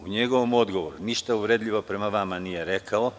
U njegovom odgovoru ništa uvredljivo prema vama nije rekao.